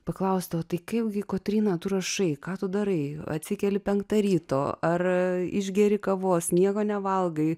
paklausti o tai kaipgi kotryna tu rašai ką tu darai atsikeli penktą ryto ar išgeri kavos nieko nevalgai